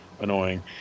annoying